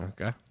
Okay